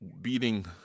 beating